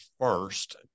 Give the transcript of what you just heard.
first